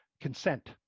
consent